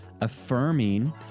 affirming